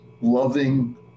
loving